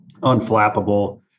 unflappable